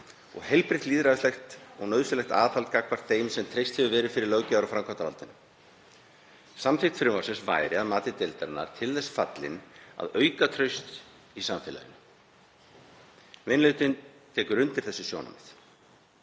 og heilbrigt lýðræði og nauðsynlegt aðhald gagnvart þeim sem treyst hefur verið fyrir löggjafar- og framkvæmdarvaldinu. Samþykkt frumvarpsins væri, að mati deildarinnar, til þess fallin að auka traust í samfélaginu. Minni hlutinn tekur undir þessi sjónarmið.